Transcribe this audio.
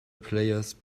players